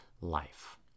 life